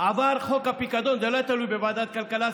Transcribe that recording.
עבר חוק הפיקדון, זה לא היה תלוי בוועדת הכלכלה.